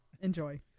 Enjoy